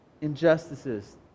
injustices